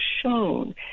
shown